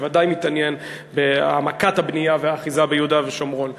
שוודאי מתעניין בהעמקת הבנייה והאחיזה ביהודה ושומרון,